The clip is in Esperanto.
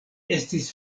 estis